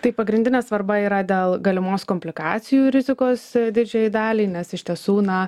tai pagrindinė svarba yra dėl galimos komplikacijų rizikos didžiajai daliai nes iš tiesų na